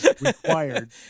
required